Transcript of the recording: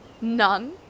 None